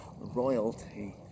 royalty